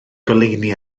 goleuni